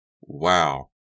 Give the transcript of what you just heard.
Wow